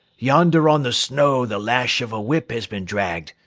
yonder on the snow the lash of a whip has been dragged.